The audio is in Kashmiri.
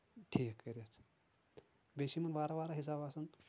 ٹھیٖک کٔرِتھ بیٚیہِ چھُ یِمن واریاہ واریاہ حِساب آسان